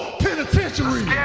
penitentiary